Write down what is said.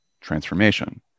transformation